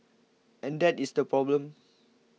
and that is the problem